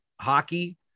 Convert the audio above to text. hockey